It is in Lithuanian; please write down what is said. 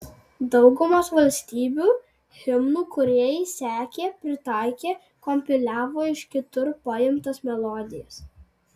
daugumos valstybių himnų kūrėjai sekė pritaikė kompiliavo iš kitur paimtas melodijas